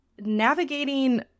navigating